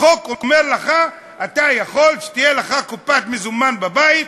החוק אומר לך: אתה יכול שתהיה לך קופת מזומן בבית,